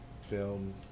film